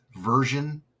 Version